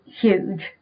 huge